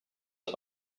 are